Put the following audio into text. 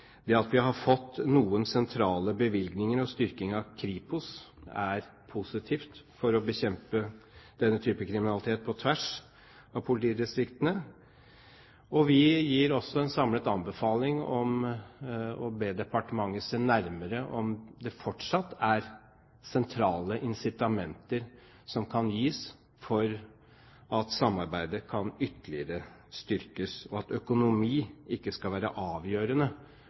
Det at vi har fått noen sentrale bevilgninger og styrking av Kripos er positivt for å bekjempe denne typen kriminalitet på tvers av politidistriktene. Vi gir også en samlet anbefaling om å be departementet se nærmere på om det fortsatt er sentrale incitamenter som kan gis for at samarbeidet ytterligere kan styrkes, og at økonomi ikke skal være avgjørende